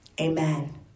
Amen